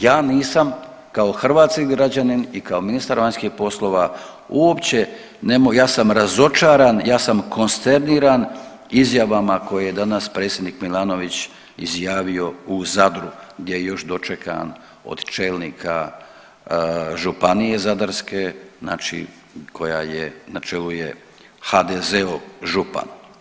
Ja nisam kao hrvatski građanin i kao ministar vanjskih poslova uopće nemoj, ja sam razočaran, ja sam konsterniran izjavama koje je danas predsjednik Milanović izjavio u Zadru gdje je još dočekan od čelnika Županije zadarske, znači koja je, znači na čelu je HDZ-ov župan.